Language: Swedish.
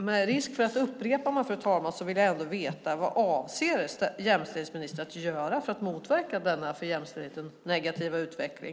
Med risk för att upprepa mig, fru talman, vill jag ändå veta vad jämställdhetsministern avser att göra för att motverka denna för jämställdheten negativa utveckling.